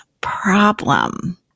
problem